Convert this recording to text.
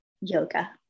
yoga